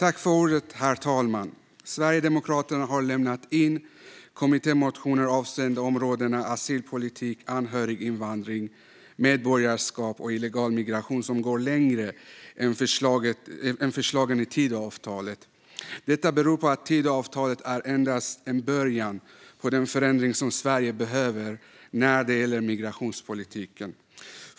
Herr talman! Sverigedemokraterna har lämnat in kommittémotioner avseende områdena asylpolitik, anhöriginvandring, medborgarskap och illegal migration som går längre än förslagen i Tidöavtalet. Detta beror på att Tidöavtalet endast är en början på den förändring som Sverige behöver när det gäller migrationspolitiken.